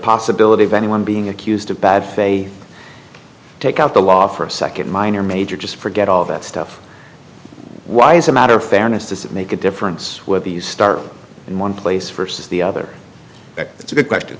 possibility of anyone being accused of bad faith take out the law for a second minor major just forget all that stuff why as a matter of fairness to make a difference with the star in one place first is the other it's a good question